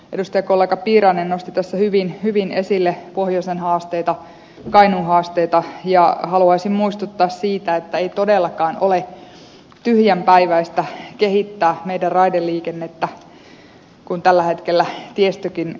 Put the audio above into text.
edustajakollega piirainen nosti tässä hyvin esille pohjoisen haasteita kainuun haasteita ja haluaisin muistuttaa siitä että ei todellakaan ole tyhjänpäiväistä kehittää meidän raideliikennettämme kun tällä hetkellä tiestökin rapautuu